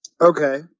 Okay